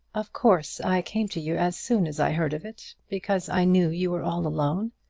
of course i came to you as soon as i heard of it, because i knew you were all alone.